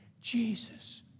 Jesus